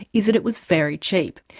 is that it was very cheap.